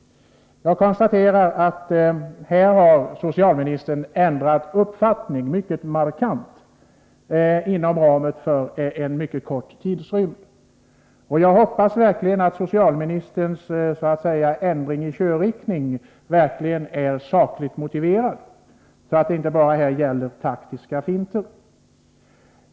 Jag konstaterar att socialministern inom ramen för en mycket kort tidrymd har ändrat uppfattning mycket markant. Jag hoppas verkligen att socialministerns ändring av körriktning verkligen är sakligt motiverad och att det här inte bara handlar om taktiska finter.